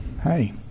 Hey